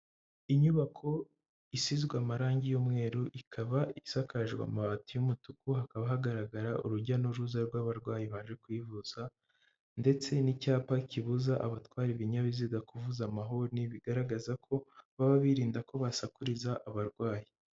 Inyubako isizwe amarangi y'umweru ikaba isakaje amabati y'umutuku hakaba hagaragara urujya n'uruza rw'abarwayi baje kwivuza ndetse n'icyapa kibuza abatwara ibinyabiziga kuvuza amahoni bigaragaza ko baba birinda ko basakuriza abarwayi.